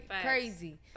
crazy